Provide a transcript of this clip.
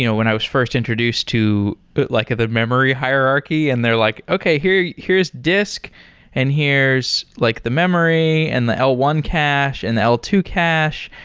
you know when i first introduced to like the memory hierarchy and they're like, okay, here's here's disk and here's like the memory and the l one cache and the l two cache.